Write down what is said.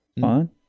Fine